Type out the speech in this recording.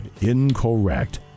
Incorrect